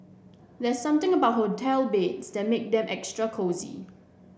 there's something about hotel beds that make them extra cosy